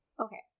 Okay